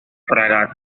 fragata